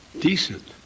Decent